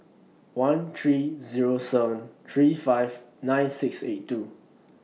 one three Zero seven three five nine six eight two